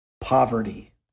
poverty